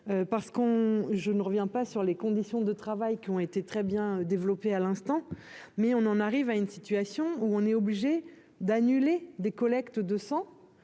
parce qu'on, je ne reviens pas sur les conditions de travail qui ont été très bien développé à l'instant, mais on en arrive à une situation où on est obligé d'annuler des collectes de sang